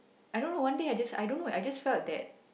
I don't know one day I just I don't know I just felt that